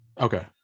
okay